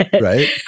Right